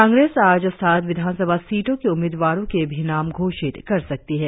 कांग्रेस आज साठ विधानसभा सीटों के उम्मीदवारों के भी नाम घोषित कर सकती है